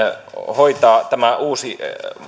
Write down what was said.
hoitaa tämä uusi